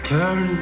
Turn